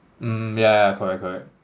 mm yeah yeah correct correct